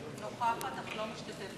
אינה משתתפת